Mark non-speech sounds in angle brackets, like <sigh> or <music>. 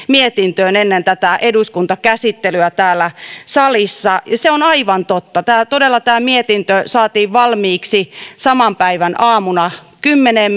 <unintelligible> mietintöön ennen tätä eduskuntakäsittelyä täällä salissa se on aivan totta todella tämä mietintö saatiin valmiiksi saman päivän aamuna kymmeneen <unintelligible>